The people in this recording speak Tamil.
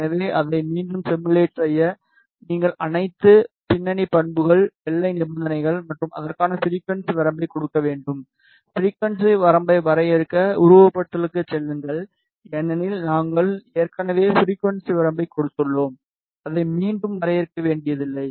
எனவே அதை மீண்டும் சிமுலேட் செய்ய நீங்கள் அனைத்து பின்னணி பண்புகள் எல்லை நிபந்தனைகள் மற்றும் அதற்கான ஃபிரிக்குவென்ஸி வரம்பைக் கொடுக்க வேண்டும் ஃபிரிக்குவென்ஸி வரம்பை வரையறுக்க உருவகப்படுத்துதலுக்குச் செல்லுங்கள் ஏனெனில் நாங்கள் ஏற்கனவே ஃபிரிக்குவென்ஸி வரம்பைக் கொடுத்துள்ளோம் அதை மீண்டும் வரையறுக்க வேண்டியதில்லை